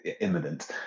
imminent